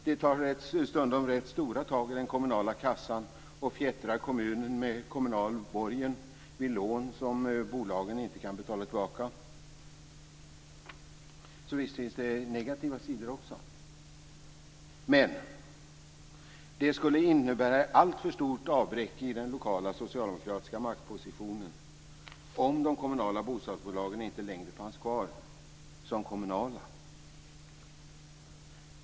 Det tar stundom rätt stora tag i den kommunala kassan och fjättrar kommunen med kommunal borgen, med lån som bolagen inte kan betala tillbaka, så visst finns det också negativa sidor. Men det skulle innebära ett alltför stort avbräck i den lokala socialdemokratiska maktpositionen om de kommunala bostadsbolagen inte längre fanns kvar som kommunala.